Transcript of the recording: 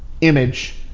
image